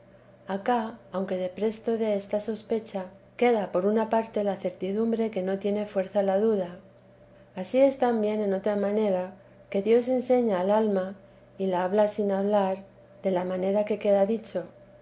acá aunque de presto dé esta sospecha queda por una parte la certidumbre que no tiene fuerza la duda ansí es también en otra manera que dios enseña a el alma y la habla sin hablar de la manera que queda dicho